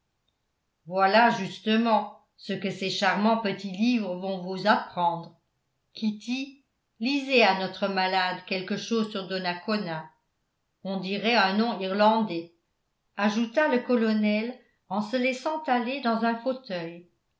voilà justement ce que ces charmants petits livres vont vous apprendre kitty lisez à notre malade quelque chose sur donacona on dirait un nom irlandais ajouta le colonel en se laissant aller dans un fauteuil